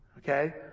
Okay